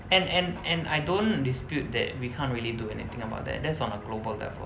and and and I don't dispute that we can't really do anything about that that's on a global level